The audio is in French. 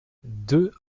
deux